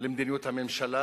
למדיניות הממשלה.